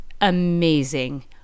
amazing